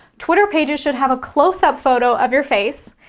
twitter pages should have a closeup photo of your face,